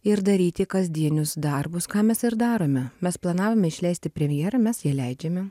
ir daryti kasdienius darbus ką mes ir darome mes planavome išleisti premjerą mes ją leidžiame